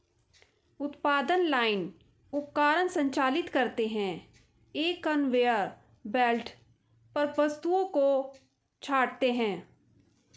उत्पादन लाइन उपकरण संचालित करते हैं, एक कन्वेयर बेल्ट पर वस्तुओं को छांटते हैं